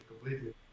completely